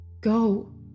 Go